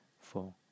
four